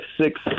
six